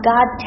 God